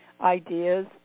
ideas